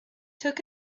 took